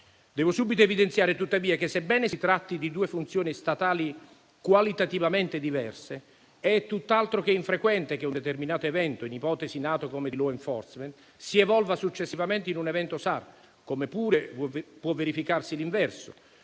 Devo subito evidenziare, tuttavia, che sebbene si tratti di due funzioni statali qualitativamente diverse, è tutt'altro che infrequente che un determinato evento, in ipotesi nato come di *law enforcement*, si evolva successivamente in un evento SAR, come pure può verificarsi l'inverso,